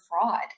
fraud